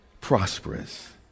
prosperous